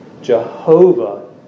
Jehovah